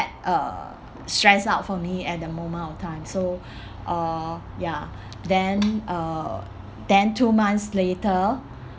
uh stressed out for me at that moment of time so uh ya then uh then two months later